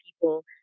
people